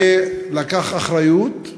ולקח אחריות,